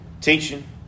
Teaching